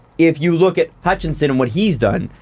if you look at hutchinson and what he's done,